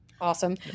Awesome